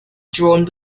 drawn